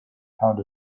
pound